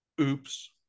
Oops